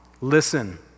listen